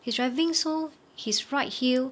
he's driving so his right heel